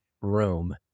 room